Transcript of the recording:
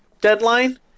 deadline